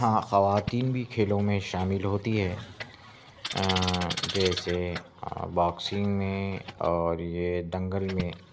ہاں خواتین بھی کھیلوں میں شامل ہوتی ہے جیسے باکسنگ میں اور یہ دنگل میں